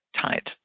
tight